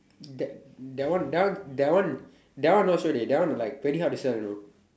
that that one that one that one that one not sure dey that one like very hard to sell you know